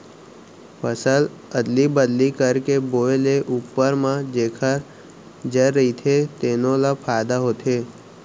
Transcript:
फसल अदली बदली करके बोए ले उप्पर म जेखर जर रहिथे तेनो ल फायदा होथे